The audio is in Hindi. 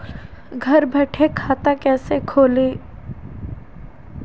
घर बैठे खाता कैसे खोलें?